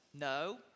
No